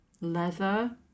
leather